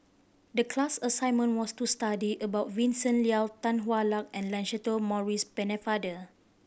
the class assignment was to study about Vincent Leow Tan Hwa Luck and Lancelot Maurice Pennefather